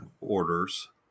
orders